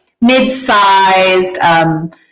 mid-sized